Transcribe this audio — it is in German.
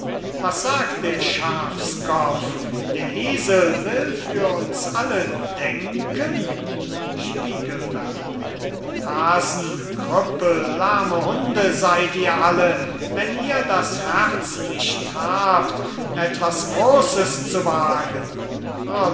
was sagt der schafskopf der esel will für uns alle denken spiegelberg haasen krüppel lahme hunde seyd ihr alle wenn ihr das herz nicht habt etwas grosses zu wagen